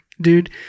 dude